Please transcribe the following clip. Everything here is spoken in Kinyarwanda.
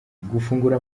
gufungura